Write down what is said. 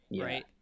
right